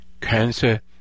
cancer